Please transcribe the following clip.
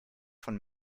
von